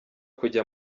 kujya